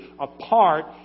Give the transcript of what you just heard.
apart